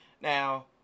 Now